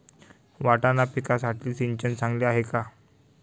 वाटाणा पिकासाठी सिंचन चांगले आहे का?